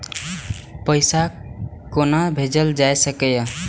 पैसा कोना भैजल जाय सके ये